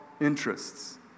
interests